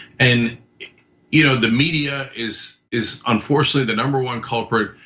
and you know the media is is unfortunately the number one culprit.